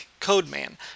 Codeman